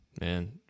Man